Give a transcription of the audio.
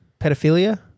pedophilia